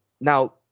now